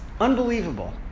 Unbelievable